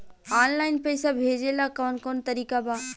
Online पइसा भेजेला कवन कवन तरीका बा?